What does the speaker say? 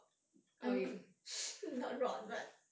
I mean not rot but